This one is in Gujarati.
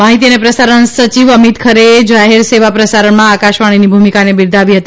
માહિતી અને પ્રસારણ સચિવ અમીત ખરેએ જાહેર સેવા પ્રસારણમાં આકાશવાણીની ભૂમિકાને બીરદાવી હતી